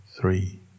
three